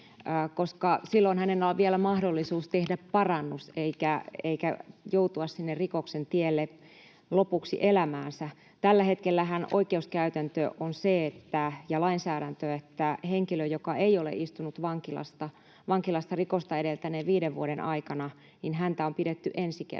koska silloin heillä on vielä mahdollisuus tehdä parannus eikä joutua sinne rikoksen tielle lopuksi elämäänsä. Tällä hetkellähän oikeuskäytäntö on se ja lainsäädäntö on se, että henkilöä, joka ei ole istunut vankilassa rikosta edeltäneiden viiden vuoden aikana, on pidetty ensikertalaisena.